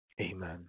Amen